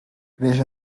creix